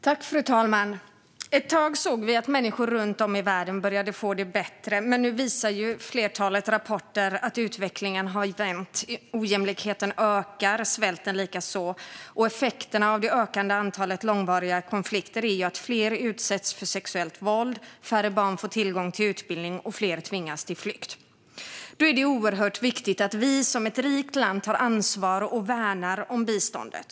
Fru talman! Ett tag såg vi att människor runt om i världen började få det bättre, men nu visar ett flertal rapporter att utvecklingen har vänt. Ojämlikheten ökar och svälten likaså. Effekterna av det ökande antalet långvariga konflikter är att fler utsätts för sexuellt våld, färre barn får tillgång till utbildning och fler tvingas till flykt. Då är det oerhört viktigt att vi som ett rikt land tar ansvar och värnar om biståndet.